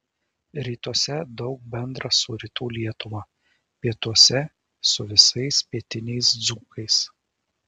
rytuose daug bendra su rytų lietuva pietuose su visais pietiniais dzūkais